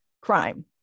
crime